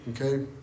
Okay